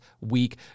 week